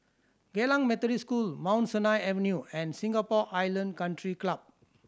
Geylang Methodist School Mount Sinai Avenue and Singapore Island Country Club